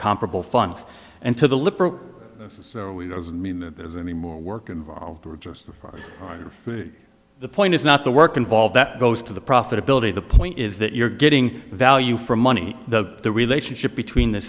comparable funds and to the liberal mean there's any more work involved were just of course the point is not the work involved that goes to the profitability the point is that you're getting value for money the the relationship between the